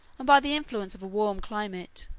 and by the influence of a warm climate,